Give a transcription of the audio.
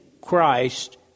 Christ